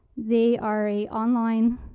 they are a online,